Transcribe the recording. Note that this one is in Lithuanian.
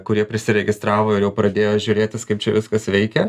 kurie prisiregistravo ir jau pradėjo žiūrėtis kaip čia viskas veikia